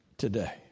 today